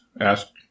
asked